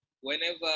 whenever